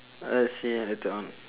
let's see later on